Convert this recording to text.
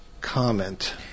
comment